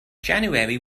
january